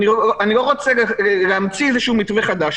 אני לא רוצה להמציא מתווה חדש.